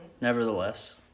Nevertheless